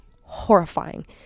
horrifying